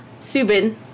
Subin